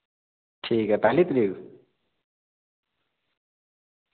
ठीक ऐ पैह्ली तरीक